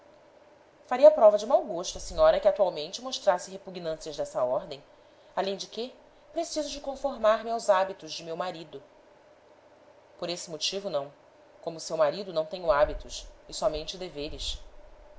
faria prova de mau gosto a senhora que atualmente mostrasse repugnâncias dessa ordem além de que preciso de conformar me aos hábitos de meu marido por este motivo não como seu marido não tenho hábitos e somente deveres